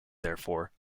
therefore